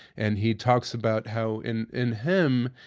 and he talks about how in in him,